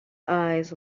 eyes